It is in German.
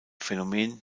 phänomen